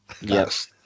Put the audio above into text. Yes